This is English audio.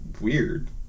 weird